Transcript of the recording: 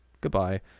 goodbye